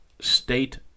state